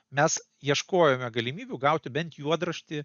mes ieškojome galimybių gauti bent juodraštį